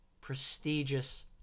prestigious